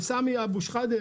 לסמי אבו שחאדה,